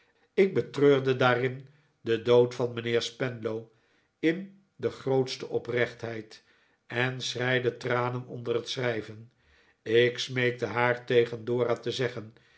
ik betreurde daarin den dood van mijnheer spenlow in de grootste oprechtheid en schreide tranen onder het schrijven ik smeekte haar tegen dora te zeggen